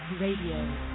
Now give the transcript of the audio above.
Radio